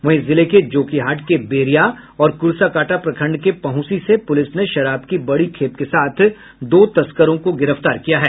वहीं जिले के जोकीहाट के बेरिया और कुर्साकांटा प्रखंड के पहुंसी से पुलिस ने शराब की बड़ी खेप के साथ दो तस्करों को गिरफ्तार किया है